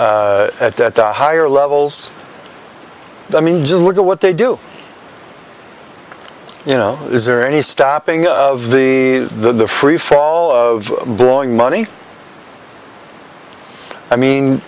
at the higher levels i mean just look at what they do you know is there any stopping of the the free fall of blowing money i mean